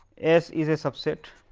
s is a subset.